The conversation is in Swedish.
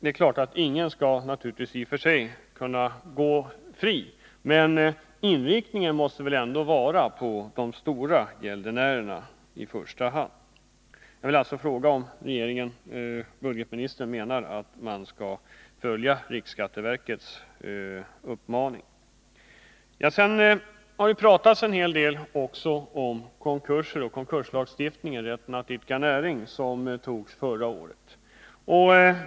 I och för sig skall naturligtvis ingen brottsling gå fri, men det är väl ändå i första hand de stora gäldenärerna som man skall försöka komma åt. Jag upprepar därför min fråga: Anser budgetministern att kronofogdemyndigheterna skall följa riksskatteverkets uppmaning? Det har sagts en hel del om konkurser och konkurslagstiftning och om de bestämmelser beträffande rätten att idka näring som togs förra året.